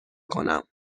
کنم